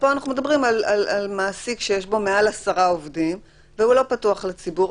ופה אנחנו מדברים על מעסיק שיש לו מעל עשרה עובדים והוא לא פתוח לציבור.